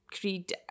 creed